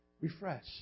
Refresh